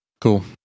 Cool